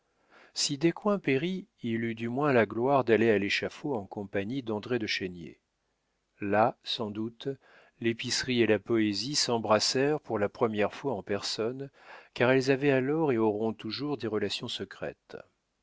si descoings périt il eut du moins la gloire d'aller à l'échafaud en compagnie d'andré de chénier là sans doute l'épicerie et la poésie s'embrassèrent pour la première fois en personne car elles avaient alors et auront toujours des relations secrètes